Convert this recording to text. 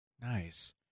Nice